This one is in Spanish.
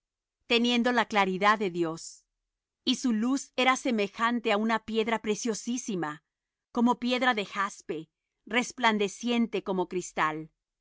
teniendo la claridad de dios y su luz era semejante á una piedra preciosísima como piedra de jaspe resplandeciente como cristal